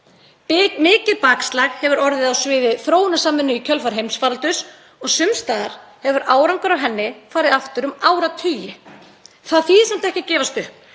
Mikið bakslag hefur orðið á sviði þróunarsamvinnu í kjölfar heimsfaraldurs og sums staðar hefur árangur af henni farið aftur um áratugi. Það þýðir samt ekki að gefast upp.